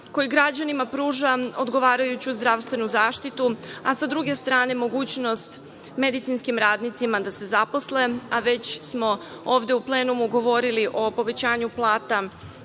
koji građanima pruža odgovarajuću zdravstvenu zaštitu, a sa druge strane mogućnost medicinskim radnicma da se zaposle, a već smo ovde u plenumu govorili o povećanju plata